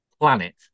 planet